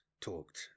talked